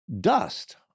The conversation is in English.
dust